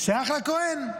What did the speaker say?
שייך לכוהן.